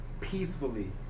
peacefully